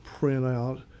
printout